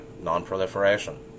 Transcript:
non-proliferation